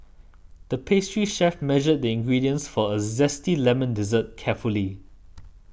the pastry chef measured the ingredients for a Zesty Lemon Dessert carefully